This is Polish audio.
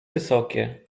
wysokie